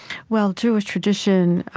well, jewish tradition